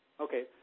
Okay